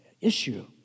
issue